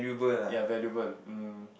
ya valuable um